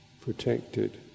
protected